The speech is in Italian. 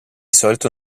solito